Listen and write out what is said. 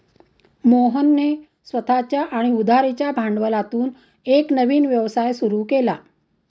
मोहनने स्वतःच्या आणि उधारीच्या भांडवलातून एक नवीन व्यवसाय सुरू केला